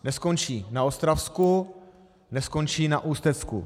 Neskončí na Ostravsku, neskončí na Ústecku.